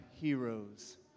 heroes